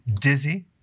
dizzy